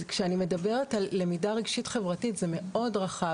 כשאני מדברת על למידה רגשית חברתית זה מאוד רחב,